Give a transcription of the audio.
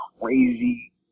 crazy